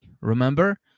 Remember